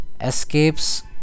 escapes